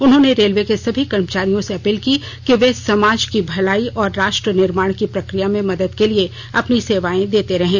उन्होंने रेलवे के सभी कर्मचारियों से अपील की कि वे समाज की भलाई और राष्ट्र निर्माण की प्रक्रिया में मदद के लिए अपनी सेवाएं देते रहें